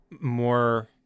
more